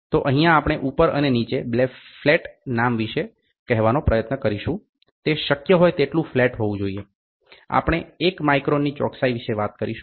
તો અહીંયા આપણે ઉપર અને નીચે બે ફ્લેટ નામ વિશે કહેવાનો પ્રયત્ન કરીશું તે શક્ય હોય તેટલું ફ્લેટ હોવું જોઈએ આપણે 1 માઇક્રોનની ચોકસાઈ વિશે વાત કરીશું